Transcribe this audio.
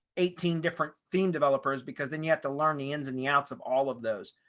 eighteen different theme developers because then you have to learn the ins and the outs of all of those.